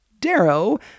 Darrow